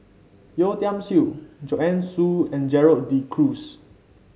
Yeo Tiam Siew Joanne Soo and Gerald De Cruz